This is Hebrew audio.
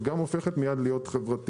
וגם הופכת מיד להיות חברתית.